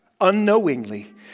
unknowingly